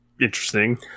interesting